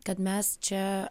kad mes čia